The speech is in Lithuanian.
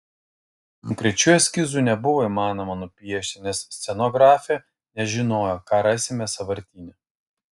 konkrečių eskizų nebuvo įmanoma nupiešti nes scenografė nežinojo ką rasime sąvartyne